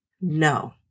no